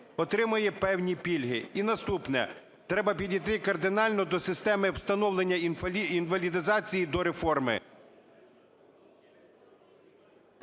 отримає певні пільги. І наступне. Треба підійти кардинально до системи встановлення інвалідизації до реформи…